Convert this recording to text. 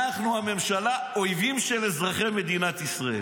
אנחנו, הממשלה, אויבים של אזרחי מדינת ישראל.